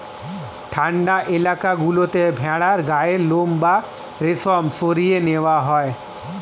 ঠান্ডা এলাকা গুলোতে ভেড়ার গায়ের লোম বা রেশম সরিয়ে নেওয়া হয়